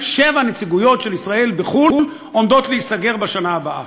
שבע נציגויות של ישראל בחוץ-לארץ עומדות להיסגר בשנה הבאה.